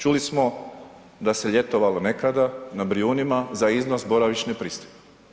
Čuli smo da se ljetovalo nekada na Brijunima za iznos boravišne pristojbe.